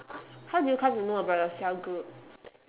how do you come to know about your cell group